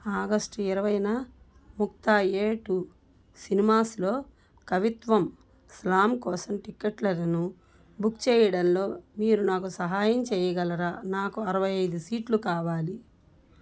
August ఇరవై నా Mukta A two సినిమాస్లో కవిత్వం స్లామ్ కోసం టిక్కెట్లను బుక్ చేయడంలో మీరు నాకు సహాయం చేయగలరా నాకు అరవై ఐదు సీట్లు కావాలి